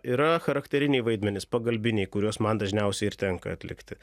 yra charakteriniai vaidmenys pagalbiniai kurios man dažniausiai ir tenka atlikti